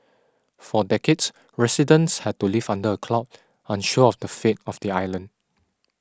for decades residents had to live under a cloud unsure of the fate of the island